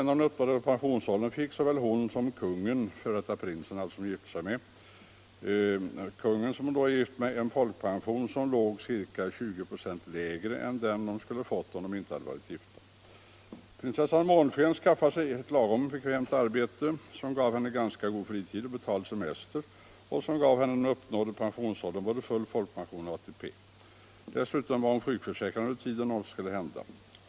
När hon uppnådde pensionsåldern fick såväl hon som kungen -— alltså den f.d. prinsen som hon gifte sig med — en folkpension som låg ca 20 4 lägre än den de skulle ha fått om de inte varit gifta. Prinsessan Månsken skaffade sig lagom bekvämt arbete, som gav henne fanska god fritid och betald semester och som gav henne, när hon uppnådde pensionsåldern, både full folkpension och ATP. Dessutom var hon sjukförsäkrad under tiden om något skulle hända.